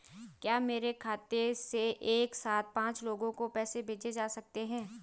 क्या मेरे खाते से एक साथ पांच लोगों को पैसे भेजे जा सकते हैं?